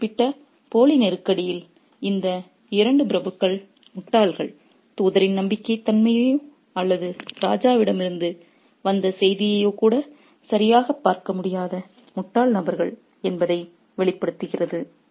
அந்த குறிப்பிட்ட போலி நெருக்கடியில் இந்த இரண்டு பிரபுக்கள் முட்டாள்கள் தூதரின் நம்பகத்தன்மையையோ அல்லது ராஜாவிடமிருந்து வந்த செய்தியையோ கூட சரிபார்க்க முடியாத முட்டாள் நபர்கள் என்பதை வெளிப்படுத்துகிறது